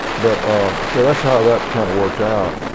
but so that's how that kind of worked out.